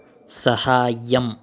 सहायम्